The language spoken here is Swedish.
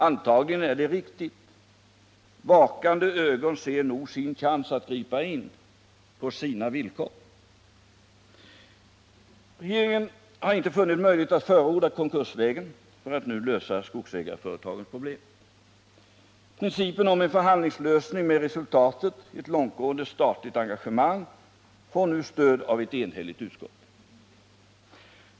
Antagligen är det riktigt. Vakande ögon ser nog sin chans att gripa in, på sina villkor. Regeringen har inte funnit möjlighet att förorda konkursvägen för att nu lösa skogsägarföretagens problem. Principen om en förhandlingslösning med resultatet ett långtgående statligt engagemang får nu stöd av ett enhälligt utskott.